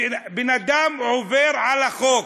בן-אדם עובר על החוק,